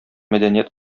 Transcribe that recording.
мәдәният